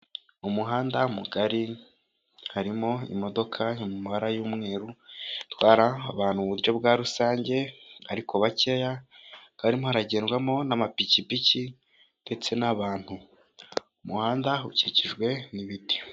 Umuhanda mugari harimo imodoka iri mu mabara y'umweru, itwara abantu mu uburyo bwa rusange ariko bakeya, hakaba harimo haragendwamo n'amapikipiki ndetse n'abantu, umuhanda ukikijwe n'ibiti.